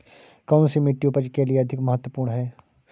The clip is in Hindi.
कौन सी मिट्टी उपज के लिए अधिक महत्वपूर्ण है?